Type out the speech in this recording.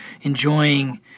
enjoying